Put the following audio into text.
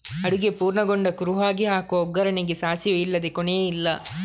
ಅಡುಗೆ ಪೂರ್ಣಗೊಂಡ ಕುರುಹಾಗಿ ಹಾಕುವ ಒಗ್ಗರಣೆಗೆ ಸಾಸಿವೆ ಇಲ್ಲದೇ ಕೊನೆಯೇ ಇಲ್ಲ